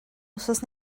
wythnos